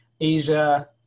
asia